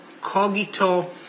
cogito